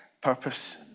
purpose